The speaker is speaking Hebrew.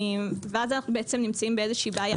ואז אנחנו בעצם נמצאים באיזושהי בעיה.